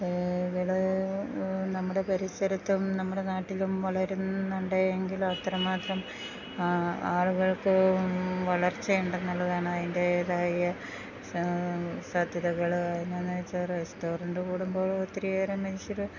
നമ്മുടെ പരിസരത്തും നമ്മുടെ നാട്ടിലും വളരുന്നുണ്ട് എങ്കിലും അത്രമാത്രം ആളുകൾക്ക് വളർച്ചയുണ്ടെന്നുള്ളതാണ് അതിന്റേതായ സാധ്യതകള് അതെന്നാന്നുവച്ചാല് റെസ്റ്റോറന്റ് കൂടുമ്പോൾ ഒത്തിരിയേറെ മന്ഷ്യര്